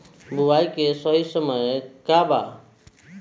बुआई के सही समय का वा?